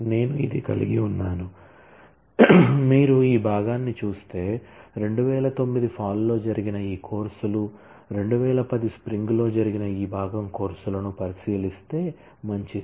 నేను ఇది కలిగి ఉన్నాను మీరు ఈ భాగాన్ని చూస్తే 2009 ఫాల్ లో జరిగిన ఈ కోర్సులు 2010 స్ప్రింగ్ లో జరిగిన ఈ భాగం కోర్సులను పరిశీలిస్తే మంచిది